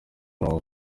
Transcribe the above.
murongo